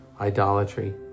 idolatry